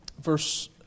Verse